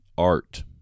art